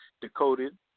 decoded